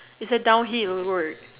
is the down Hip a word